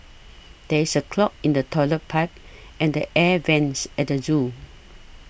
there is a clog in the Toilet Pipe and the Air Vents at the zoo